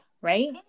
right